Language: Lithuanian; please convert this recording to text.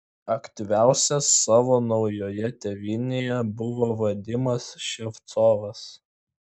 aktyviausias savo naujoje tėvynėje buvo vadimas ševcovas